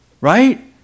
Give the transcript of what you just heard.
Right